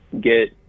get